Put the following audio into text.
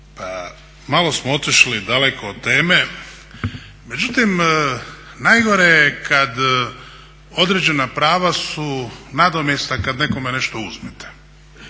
Malo smo otišli daleko od teme, međutim najgore je kad određena prava su nadomjestak kad nekome nešto uzmete.